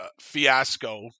fiasco